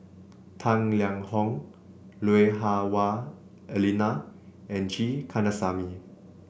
Tang Liang Hong Lui Hah Wah Elena and G Kandasamy